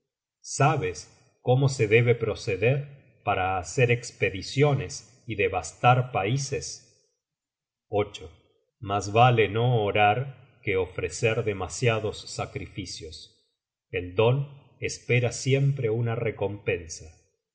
sabes cómo se debe proceder para hacer espediciones y devastar paises mas vale no orar que ofrecer demasiados sacrificios el don espera siempre una recompensa